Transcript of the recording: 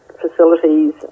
facilities